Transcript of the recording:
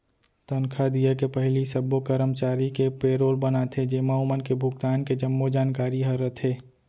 तनखा दिये के पहिली सब्बो करमचारी के पेरोल बनाथे जेमा ओमन के भुगतान के जम्मो जानकारी ह रथे